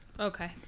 Okay